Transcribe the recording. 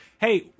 Hey